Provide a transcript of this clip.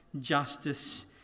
justice